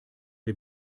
der